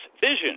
vision